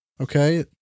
Okay